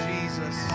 Jesus